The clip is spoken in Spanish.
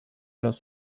los